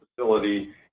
facility